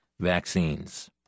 vaccines